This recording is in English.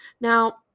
Now